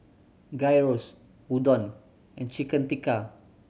Gyros Udon and Chicken Tikka